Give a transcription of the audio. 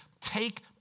take